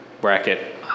bracket